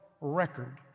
record